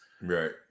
Right